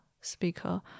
speaker